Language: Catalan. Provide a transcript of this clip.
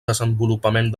desenvolupament